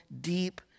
deep